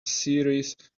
series